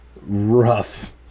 rough